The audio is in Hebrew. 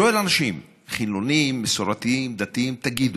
שואל אנשים, חילונים, מסורתיים, דתיים: תגידו,